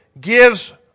gives